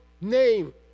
name